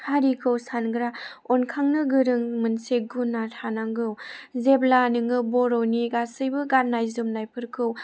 हारिखौ सानग्रा अनखांनो गोरों मोनसे गुनआ थानांगौ जेब्ला नोङो बर'नि गासैबो गाननाय जोमनायफोरखौ